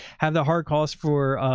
have the hard cost for,